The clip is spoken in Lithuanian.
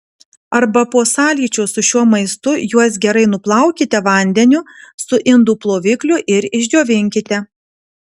arba po sąlyčio su šiuo maistu juos gerai nuplaukite vandeniu su indų plovikliu ir išdžiovinkite